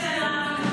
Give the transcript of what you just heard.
מה עם יד שרה?